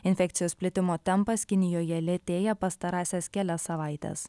infekcijos plitimo tempas kinijoje lėtėja pastarąsias kelias savaites